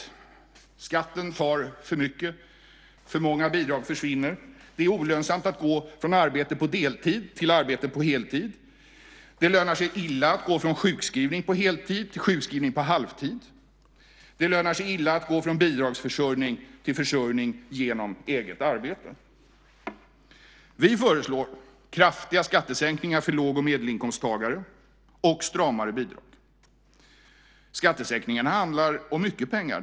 Skatten tar för mycket. För många bidrag försvinner. Det är olönsamt att gå från arbete på deltid till arbete på heltid. Det lönar sig illa att gå från sjukskrivning på heltid till sjukskrivning på halvtid. Det lönar sig illa att gå från bidragsförsörjning till försörjning genom eget arbete. Vi föreslår kraftiga skattesänkningar för låg och medelinkomsttagare och stramare bidrag. Skattesänkningarna handlar om mycket pengar.